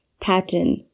pattern